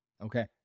Okay